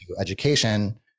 education